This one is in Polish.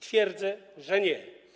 Twierdzę, że nie.